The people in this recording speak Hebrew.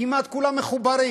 כמעט כולם מחוברים.